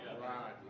right